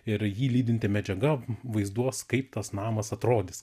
ir jį lydinti medžiaga vaizduos kaip tas namas atrodys